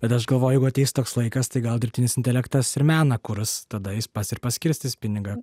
bet aš galvoju jeigu ateis toks laikas tai gal dirbtinis intelektas ir meną kurs tada jis pats ir paskirstys pinigą